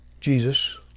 Jesus